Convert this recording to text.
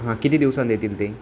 हां किती दिवसांनी देतील ते